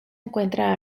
encuentra